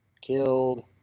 killed